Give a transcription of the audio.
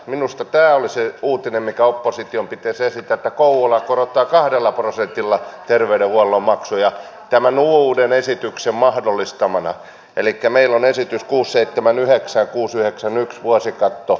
minusta täysi uutinen mikä opposition pitäisi esittää koulua korottaa kahdella prosentilla terveydenhuollon maksuja tämän uuden esityksen mahdollistamana elikkä vastuu on esitys kuus seittemän yheksän kuus yheksän vuosikatto